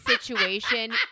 situation